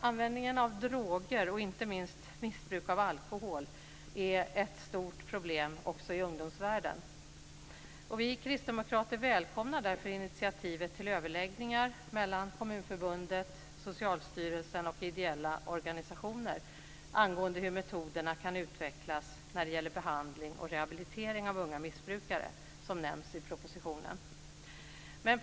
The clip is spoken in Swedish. Användningen av droger och inte minst missbruk av alkohol är ett stort problem också i ungdomsvärlden. Vi kristdemokrater välkomnar därför initiativet till överläggningar mellan Kommunförbundet, Socialstyrelsen och ideella organisationer angående hur metoderna kan utvecklas när det gäller behandling och rehabilitering av unga missbrukare, som nämns i propositionen.